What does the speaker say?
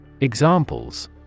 Examples